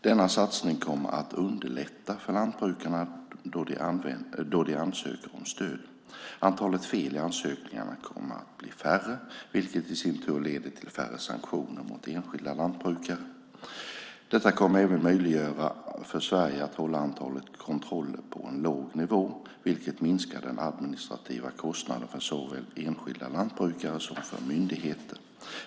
Denna satsning kommer att underlätta för lantbrukarna när de ansöker om stöd. Antalet fel i ansökningarna kommer att bli färre, vilket i sin tur leder till färre sanktioner mot enskilda lantbrukare. Detta kommer även att möjliggöra för Sverige att hålla antalet kontroller på en låg nivå, vilket minskar den administrativa kostnaden för såväl enskilda lantbrukare som myndigheter.